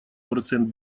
процент